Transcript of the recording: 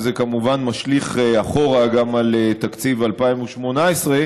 וזה כמובן משליך אחורה גם על תקציב 2018,